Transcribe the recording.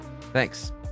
Thanks